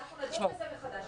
אנחנו נדון בזה מחדש.